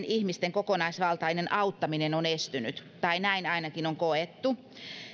ihmisten kokonaisvaltainen auttaminen on estynyt tai näin ainakin on koettu